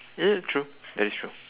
ya ya true that is true